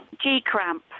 G-cramp